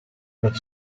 per